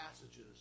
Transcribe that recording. passages